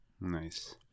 Nice